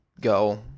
go